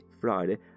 Friday